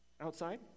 outside